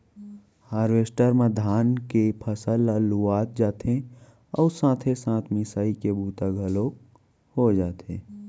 harvester म धान के फसल ल लुवत जाथे अउ साथे साथ मिसाई के बूता घलोक हो जाथे